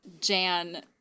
Jan